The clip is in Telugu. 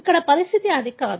ఇక్కడ పరిస్థితి అది కాదు